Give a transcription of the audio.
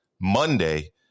Monday